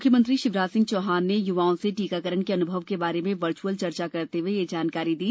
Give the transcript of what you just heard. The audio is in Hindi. मुख्यमंत्री शिवराज सिंह चौहान ने युवाओं से टीकाकरण के अनुभव के बारे में वर्चुअल चर्चा करते हुए यह जानकारी दी